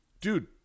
dude